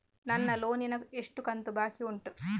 ನನ್ನ ಲೋನಿನ ಎಷ್ಟು ಕಂತು ಬಾಕಿ ಉಂಟು?